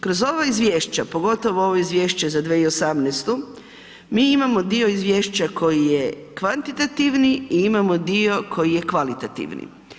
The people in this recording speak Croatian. Kroz ova izvješća, pogotovo ovo izvješće za 2018. mi imamo dio izvješća koji je kvantitativni i imamo dio koji je kvalitativni.